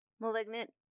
Malignant